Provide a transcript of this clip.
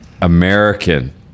American